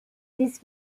this